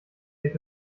sich